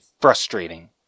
frustrating